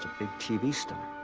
big tv star,